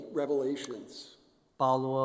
revelations